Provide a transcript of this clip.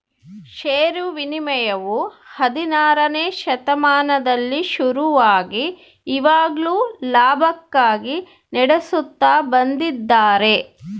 ಷೇರು ವಿನಿಮಯವು ಹದಿನಾರನೆ ಶತಮಾನದಲ್ಲಿ ಶುರುವಾಗಿ ಇವಾಗ್ಲೂ ಲಾಭಕ್ಕಾಗಿ ನಡೆಸುತ್ತ ಬಂದಿದ್ದಾರೆ